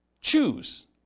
choose